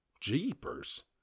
Jeepers